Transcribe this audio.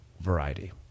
variety